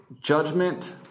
judgment